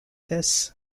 this